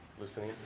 listening?